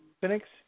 Phoenix